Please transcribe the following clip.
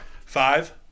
Five